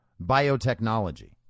Biotechnology